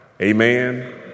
Amen